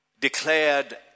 declared